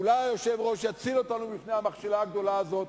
אולי היושב-ראש יציל אותנו מפני המכשלה הגדולה הזאת,